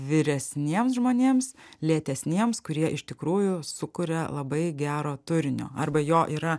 vyresniems žmonėms lėtesniems kurie iš tikrųjų sukuria labai gero turinio arba jo yra